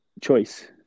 choice